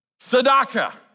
Sadaka